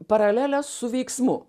paraleles su veiksmu